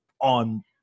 on